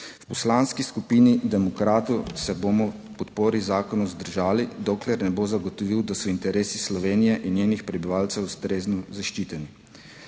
V Poslanski skupini Demokratov se bomo ob podpori zakonu vzdržali, dokler ne bo zagotovil, da so interesi Slovenije in njenih prebivalcev ustrezno zaščiteni.